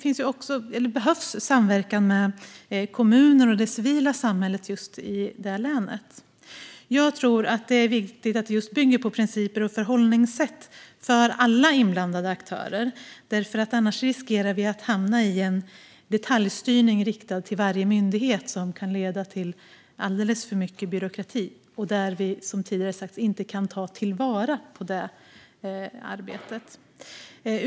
Det behövs samverkan med kommuner och det civila samhället i det aktuella länet, och jag tror att det är viktigt att det bygger på principer och förhållningssätt som omfattar alla inblandade aktörer, för annars riskerar vi att hamna i en detaljstyrning riktad till varje myndighet. Det kan leda till alldeles för mycket byråkrati, vilket kan göra att vi inte kan ta vara på det arbete som görs.